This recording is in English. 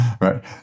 Right